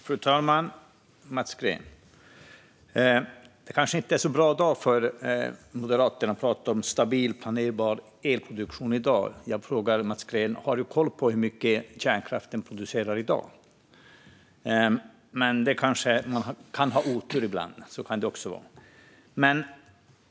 Fru talman! Det här kanske inte är en så bra dag för Moderaterna att prata om stabil och planerbar elproduktion. Har Mats Green koll på hur mycket kärnkraften producerar i dag? Man kan ha otur ibland; så kan det också vara.